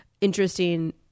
interesting